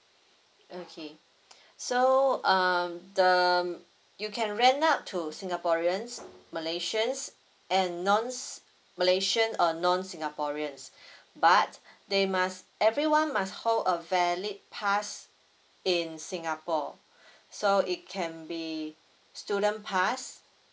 okay so um the you can rent out to singaporeans malaysians and non malaysian or non singaporean but they must everyone must hold a valid pass in singapore so it can be student pass